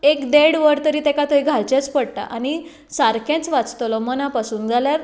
देड वर तरी तेका थंय घालचेंच पडटा आनी सारकेंच वाचतलो मना पसून जाल्यार